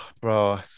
bro